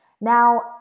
now